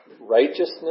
righteousness